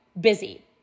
busy